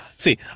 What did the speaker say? See